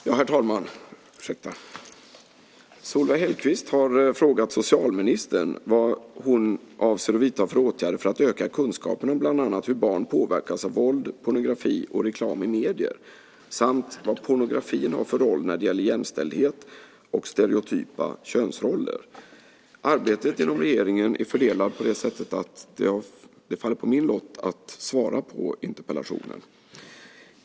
Herr talman! Solveig Hellquist har frågat socialministern vilka åtgärder hon avser att vidta för att öka kunskaperna om bland annat hur barn påverkas av våld, pornografi och reklam i medier samt vad pornografin har för roll när det gäller jämställdhet och stereotypa könsroller. Arbetet inom regeringen är fördelat på det sättet att det faller på min lott att svara på interpellationen.